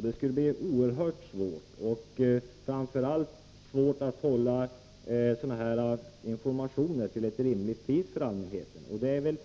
Det skulle bli oerhört svårt att tillhandahålla informationer för allmänheten till ett rimligt pris. Det är